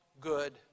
good